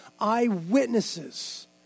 eyewitnesses